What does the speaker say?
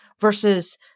versus